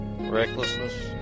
Recklessness